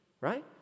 right